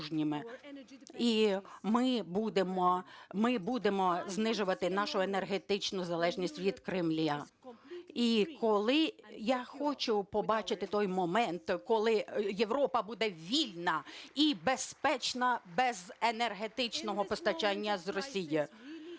і ми будемо знижувати нашу енергетичну залежність від Кремля. І я хочу побачити той момент, коли Європа буде вільна і безпечна без енергетичного постачання з Росії.